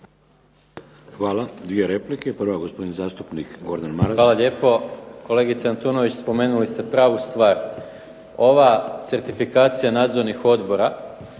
Hvala. 2 replike. Prvo gospodin zastupnik Gordan Maras. **Maras, Gordan (SDP)** Hvala lijepo. Kolegice Antunović spomenuli ste pravu stvar. Ova certifikacija nadzornih odbora